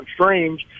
streams